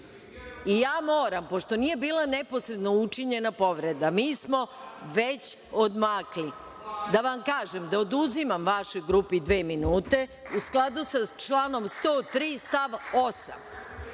I ja moram, pošto nije bila neposredno učinjena povreda, mi smo već odmakli. Da vam kažem da oduzimam vašoj grupi dva minuta, u skladu sa članom 103. stav 8,